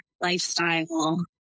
lifestyle